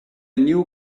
new